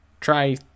try